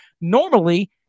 Normally